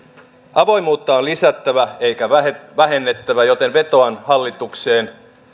avoimuutta on lisättävä eikä vähennettävä joten vetoan hallitukseen